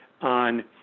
on